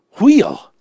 wheel